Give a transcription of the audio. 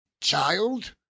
child